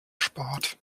spart